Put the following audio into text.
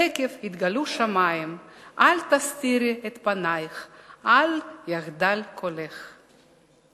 תיכף יתגלו שמים אל תסתירי את פנייך אל יחדל קולך."